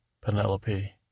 Penelope